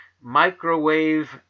microwave